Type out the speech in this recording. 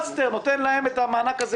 נותן להם את המענק הזה.